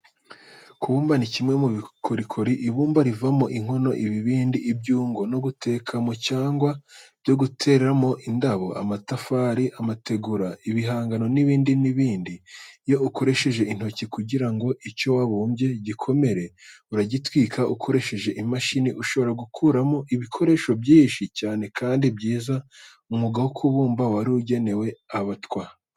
Kubumba ni kimwe mu bukorikori. Ibumba rivamo inkono, ibibindi, ibyungo byo gutekamo cyangwa byo guteramo indabo, amatafari, amategura, ibihangano n'ibindi n'ibindi, iyo ukoresheje intoki. Kugira ngo icyo wabumbye gikomere, uragitwika. Ukoresheje imashini ushobora gukuramo ibikoresho byinshi cyane kandi byiza. Umwuga wo kubumba wari ugenewe abatwa.